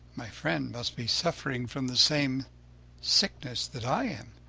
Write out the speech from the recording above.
my friend must be suffering from the same sickness that i am!